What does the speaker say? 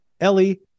Ellie